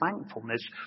thankfulness